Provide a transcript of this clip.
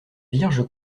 vierge